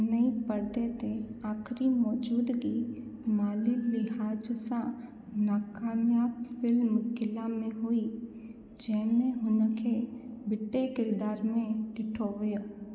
हुन ई पर्दे ते आख़िरी मौजूदगी माली लिहाज़ सां नाकामियाबु फिल्म क़िला में हुई जंहिंमें हुनखे ॿिटे किरिदार में ॾिठो वियो